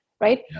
Right